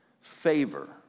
favor